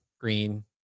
green